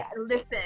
listen